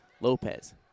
Lopez